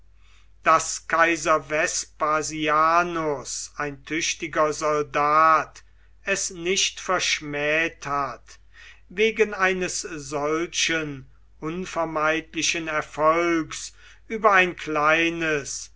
daß kaiser vespasianus ein tüchtiger soldat es nicht verschmäht hat wegen eines solchen unvermeidlichen erfolgs über ein kleines